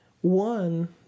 one